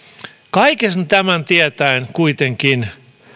kaiken tämän tietäen kuitenkin